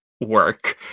work